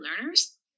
learners